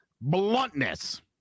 bluntness